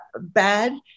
bad